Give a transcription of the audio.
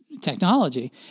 technology